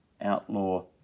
outlaw